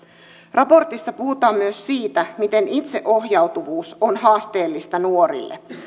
raportissa puhutaan myös siitä miten itseohjautuvuus on haasteellista nuorille